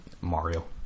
Mario